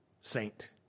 saint